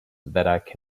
that